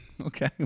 Okay